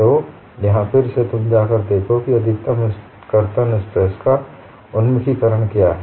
तो यहाँ फिर से तुम जाकर देखो कि अधिकतम कर्तन स्ट्रेस का उन्मुखीकरण क्या है